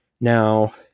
Now